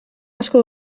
asko